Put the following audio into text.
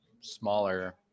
smaller